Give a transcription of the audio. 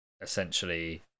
essentially